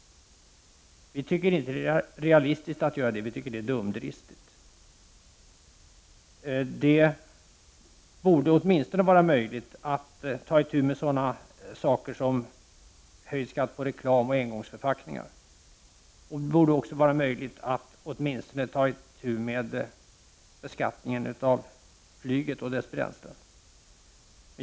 Det är inte realistiskt att göra det, utan det är dumdristigt. Det borde åtminstone vara möjligt att ta itu med sådana saker som höjd skatt på reklam och engångsförpackningar, och det borde också vara möjligt att ta itu med beskattningen av flyget och dess bränsle.